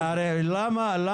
מצבים.